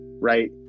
right